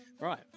Right